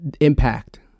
impact